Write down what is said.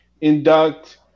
induct